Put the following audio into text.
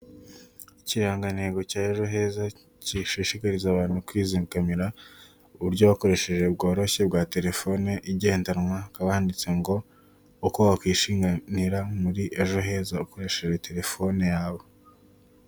Ikirangantego cya Ejoheza gishishikariza abantu kwizigamira uburyo bakoresheje bworoshye bwa telefone igendanwa hakaba handitse ngo uko wakwishinganira muri ejoheza ukoresheje telefone yawe.